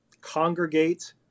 congregate